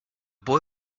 boy